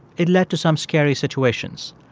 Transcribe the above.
it led to some scary situations.